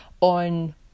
on